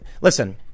listen